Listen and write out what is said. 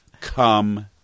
Come